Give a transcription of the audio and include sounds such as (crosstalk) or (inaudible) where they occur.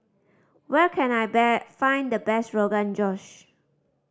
where can I (unintelligible) find the best Rogan Josh